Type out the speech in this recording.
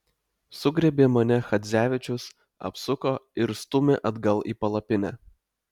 sugriebė mane chadzevičius apsuko ir stūmė atgal į palapinę